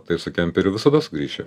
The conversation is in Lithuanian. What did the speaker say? tai su kemperiu visada sugrįši